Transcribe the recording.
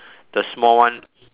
the small one